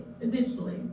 additionally